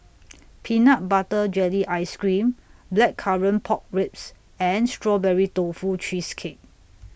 Peanut Butter Jelly Ice Cream Blackcurrant Pork Ribs and Strawberry Tofu Cheesecake